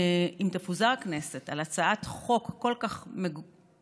אם תפוזר הכנסת על הצעת חוק כל כך מוזרה,